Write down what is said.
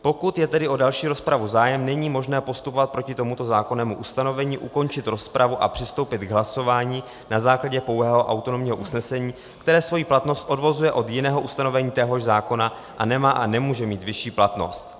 Pokud je tedy o další rozpravu zájem, není možné postupovat proti tomuto zákonnému ustanovení, ukončit rozpravu a přistoupit k hlasování na základě pouhého autonomního usnesení, které svoji platnost odvozuje od jiného ustanovení téhož zákona a nemá a nemůže mít vyšší platnost.